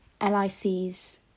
LICs